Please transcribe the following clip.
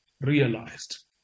realized